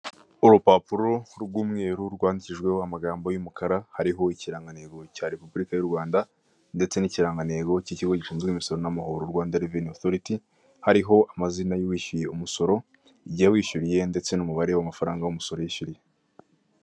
Urupapuro rw'umweru rwandikishijweho amagambo y'umukara. Hariho ikirangantego cya Repubulika y'u Rwanda ndetse n'ikirangantego k' ikigo gishinzwe imisoro n'amahoro; Rwanda Reveni Otoriti. Hariho amazina y'uwishyuye umusoro, igihe yawishyuriye ndetse n'umubare w' amafaranga w'umusoro yishyuriye.